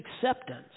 acceptance